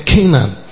Canaan